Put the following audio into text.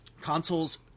consoles